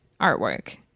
artwork